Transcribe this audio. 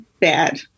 bad